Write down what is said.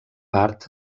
part